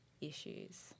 issues